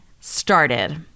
started